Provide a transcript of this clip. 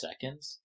seconds